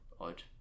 odd